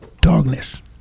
darkness